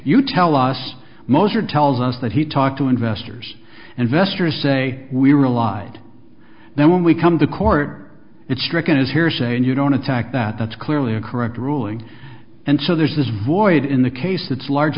you tell us most or tells us that he talked to investors and vester say we relied now when we come to court it stricken is hearsay and you don't attack that that's clearly a correct ruling and so there's this void in the case that's large